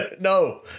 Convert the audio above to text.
no